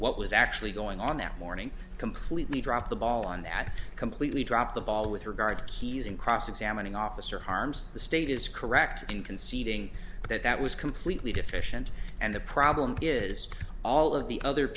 what was actually going on their morning completely dropped the ball on that completely dropped the ball with regard to keys and cross examining officer harms the state is correct in conceding that that was completely deficient and the problem is all of the other